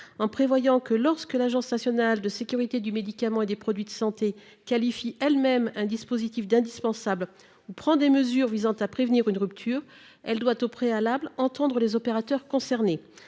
en prévoyant que lorsque l'Agence nationale de sécurité du médicament et des produits de santé qualifient elles-mêmes un dispositif d'indispensable ou prend des mesures visant à prévenir une rupture. Elle doit au préalable entendre les opérateurs concernés.